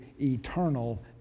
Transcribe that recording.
eternal